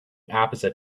opposite